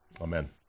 Amen